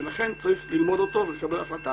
ולכן צריך ללמוד אותו ולקבל החלטה.